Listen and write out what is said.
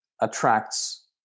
attracts